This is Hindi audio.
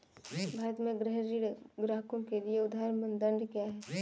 भारत में गृह ऋण ग्राहकों के लिए उधार मानदंड क्या है?